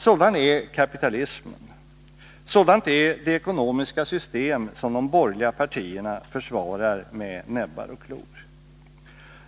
Sådan är kapitalismen! Sådant är det ekonomiska system som de borgerliga partierna försvarar med näbbar och klor!